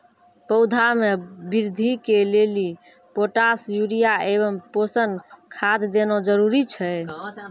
पौधा मे बृद्धि के लेली पोटास यूरिया एवं पोषण खाद देना जरूरी छै?